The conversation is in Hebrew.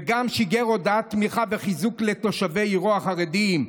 הוא גם שיגר הודעת תמיכה וחיזוק לתושבי עירו החרדים.